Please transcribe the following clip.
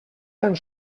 tan